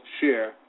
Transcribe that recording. share